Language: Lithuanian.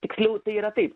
tiksliau tai yra taip